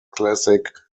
classic